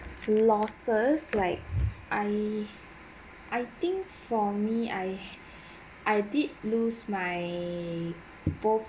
losses like I I think for me I I did lose my both